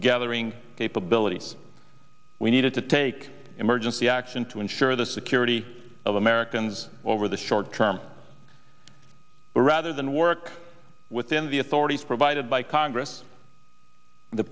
gathering capabilities we needed to take emergency action to ensure the security of americans over the short term rather than work within the authorities provided by congress the